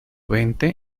veinte